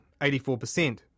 84%